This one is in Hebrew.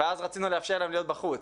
ואז רצינו לאפשר להם להיות בחוץ.